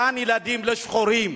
גן-ילדים לשחורים,